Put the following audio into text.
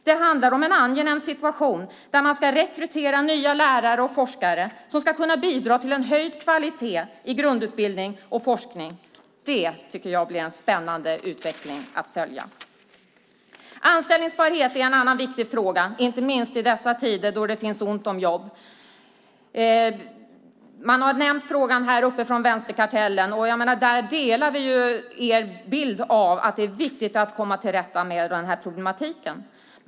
Det handlar om en angenäm situation där man ska rekrytera nya lärare och forskare som ska kunna bidra till en höjd kvalitet i grundutbildning och forskning. Det tycker jag blir en spännande utveckling att följa. Anställningsbarhet är en annan viktig fråga inte minst i dessa tider då det finns ont om jobb. Man har nämnt frågan här från vänsterkartellen. Där delar vi er bild av att det är viktigt att komma till rätta med problematiken.